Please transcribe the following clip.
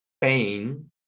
pain